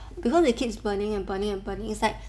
because it keeps burning and burning and burning it's like